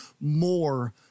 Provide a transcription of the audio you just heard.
More